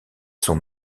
sont